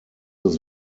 ist